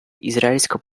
израильско